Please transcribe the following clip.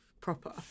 Proper